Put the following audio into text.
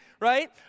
right